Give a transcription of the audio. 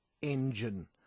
engine